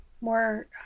more